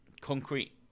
concrete